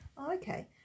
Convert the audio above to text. Okay